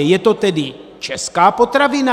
Je to tedy česká potravina?